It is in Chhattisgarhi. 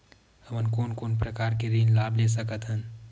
हमन कोन कोन प्रकार के ऋण लाभ ले सकत हन?